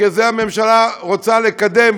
כי את זה הממשלה רוצה לקדם,